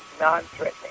non-threatening